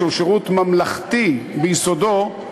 שהוא שירות ממלכתי ביסודו,